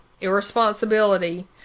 irresponsibility